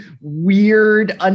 weird